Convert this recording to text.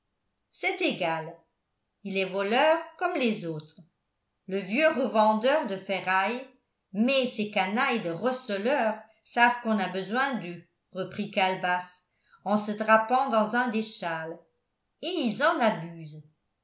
c'est égal il est voleur comme les autres le vieux revendeur de ferraille mais ces canailles de receleurs savent qu'on a besoin d'eux reprit calebasse en se drapant dans un des châles et ils en abusent